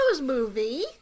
movie